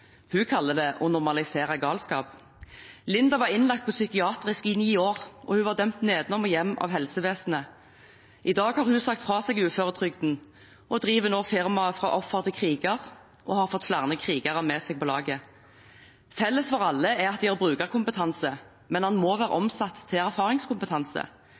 Hun kaller det å normalisere galskap. Linda var innlagt på psykiatrisk i ni år, og hun var dømt nedenom og hjem av helsevesenet. I dag har hun sagt fra seg uføretrygden og driver nå firmaet Fra offer til kriger, og hun har fått med seg flere krigere på laget. Felles for alle er at de har brukerkompetanse, men den må være omsatt til erfaringskompetanse.